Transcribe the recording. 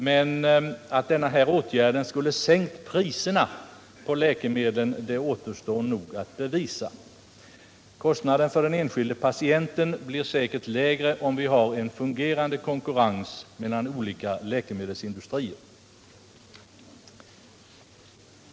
Men att denna åtgärd skulle ha sänkt priserna på läkemedlen återstår nog att bevisa. Kostnaden för den enskilde patienten blir säkert lägre om vi har fungerande konkurrens mellan olika läkemedelsindustrier.